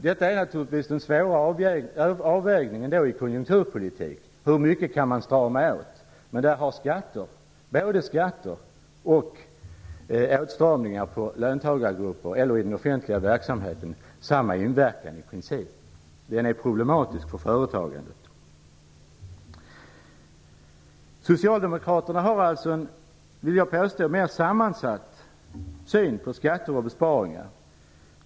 Detta är naturligtvis den svåra avvägningen i konjunkturpolitiken. Hur mycket kan man strama åt? Skatter och åtstramningar för löntagargrupper eller inom den offentliga verksamheten har i princip samma inverkan. Den är problematisk för företagandet. Socialdemokraterna har en mera sammansatt syn, vill jag påstå, på skatter och besparingar.